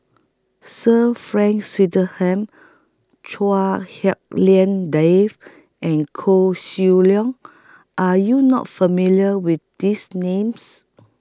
Sir Frank Swettenham Chua Hak Lien Dave and Koh Seng Leong Are YOU not familiar with These Names